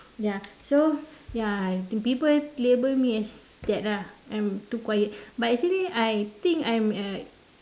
ya so ya I think people label me as that lah I'm too quiet but actually I think I'm a